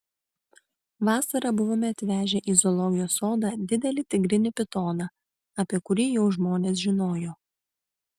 vasarą buvome atvežę į zoologijos sodą didelį tigrinį pitoną apie kurį jau žmonės žinojo